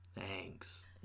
Thanks